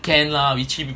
can lah we three people